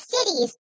Cities